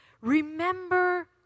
Remember